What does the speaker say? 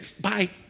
bye